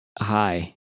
Hi